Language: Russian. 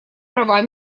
права